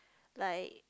like